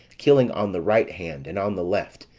killing on the right hand, and on the left,